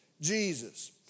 Jesus